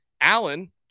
Allen